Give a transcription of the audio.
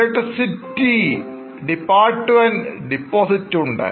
electricity department deposit ഉണ്ട്